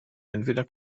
entweder